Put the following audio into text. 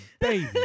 baby